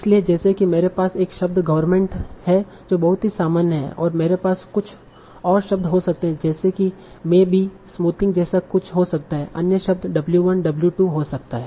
इसलिए जैसे कि मेरे पास एक शब्द गवर्नमेंट है जो बहुत ही सामान्य है और मेरे पास कुछ और शब्द हो सकते हैं जैसे कि मेबी स्मूथिंग जैसा कुछ हो सकता है अन्य शब्द w 1 w 2 हो सकता है